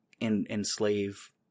enslave